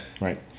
right